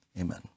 Amen